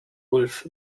ulf